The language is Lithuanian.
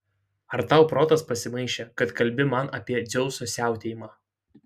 ar tau protas pasimaišė kad kalbi man apie dzeuso siautėjimą